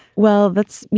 well, that's me.